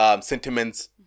sentiments